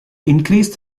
increase